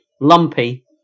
lumpy